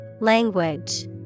Language